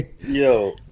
Yo